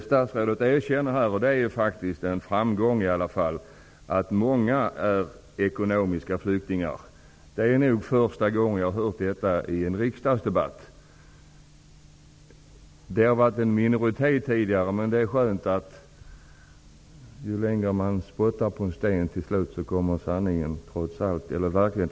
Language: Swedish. Statsrådet erkänner -- det är i alla fall en framgång -- att många är ekonomiska flyktingar; det är nog första gången jag har hört det i en riksdagsdebatt. Det har tidigare sagts att det är en minoritet. Men om man spottar länge på en sten blir den våt. Till slut kommer sanningen trots allt fram!